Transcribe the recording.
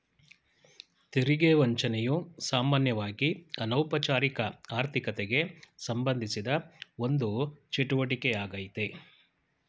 ತೆರಿಗೆ ವಂಚನೆಯು ಸಾಮಾನ್ಯವಾಗಿಅನೌಪಚಾರಿಕ ಆರ್ಥಿಕತೆಗೆಸಂಬಂಧಿಸಿದ ಒಂದು ಚಟುವಟಿಕೆ ಯಾಗ್ಯತೆ